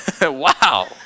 wow